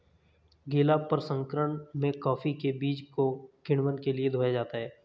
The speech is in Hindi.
गीला प्रसंकरण में कॉफी के बीज को किण्वन के लिए धोया जाता है